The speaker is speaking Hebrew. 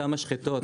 אותן המשחטות,